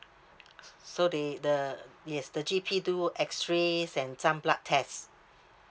s~ so they the uh yes the G_P do X-rays and some blood test